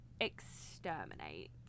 Exterminate